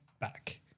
back